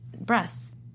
breasts